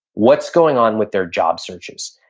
what's going on with their job searches?